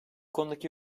konudaki